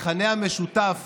המכנה המשותף